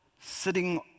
sitting